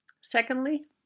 Secondly